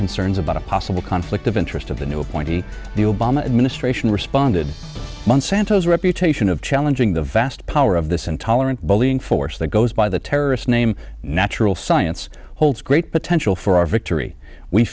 concerns about a possible conflict of interest of the new appointee the obama administration responded monsanto's reputation of challenging the vast power of this intolerant bullying force that goes by the terrorists name natural science holds great potential for our victory we